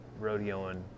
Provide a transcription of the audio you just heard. rodeoing